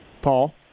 Paul